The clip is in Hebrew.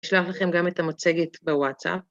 נשלח לכם גם את המוצגת בוואטסאפ.